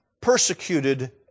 persecuted